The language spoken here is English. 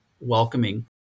welcoming